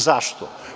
Zašto?